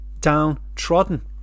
downtrodden